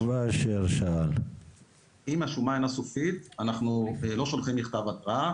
אם השומה אינה סופית, אנחנו לא שולחים מכתב התראה.